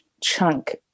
chunk